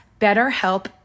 BetterHelp